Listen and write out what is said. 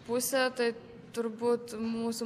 pusė tai turbūt mūsų